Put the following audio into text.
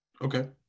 Okay